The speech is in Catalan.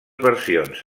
versions